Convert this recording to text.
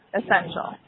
essential